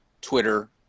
Twitter